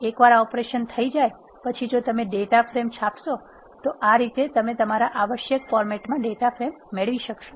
એકવાર આ ઓપરેશન થઈ જાય પછી જો તમે ડેટા ફ્રેમ છાપશો તો આ રીતે તમે તમારા આવશ્યક ફોર્મેટમાં ડેટા ફ્રેમ મેળવશો